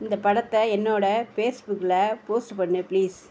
இந்த படத்தை என்னோடய ஃபேஸ்புக்கில் போஸ்ட்டு பண்ணு ப்ளீஸ்